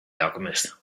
alchemist